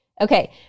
Okay